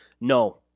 No